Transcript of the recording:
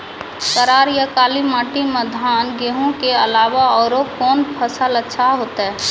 करार या काली माटी म धान, गेहूँ के अलावा औरो कोन फसल अचछा होतै?